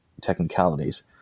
technicalities